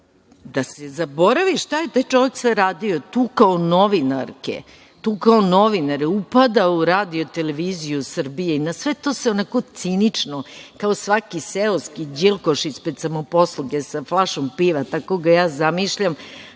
Da se zaboravi šta je taj čovek sve radio - tukao novinarke, tukao novinare, upadao u RTS i na sve to se onako cinično, kao svaki seoski đilkoš ispred samoposluge sa flašom piva, tako ga ja zamišljam,